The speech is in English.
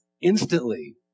Instantly